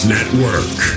Network